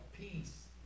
Peace